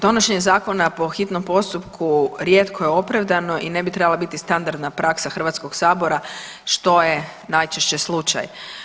Donošenje zakona po hitnom postupku rijetko je opravdano i ne bi trebala biti standardna praksa Hrvatskog sabora što je najčešće slučaj.